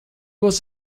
was